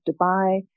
Dubai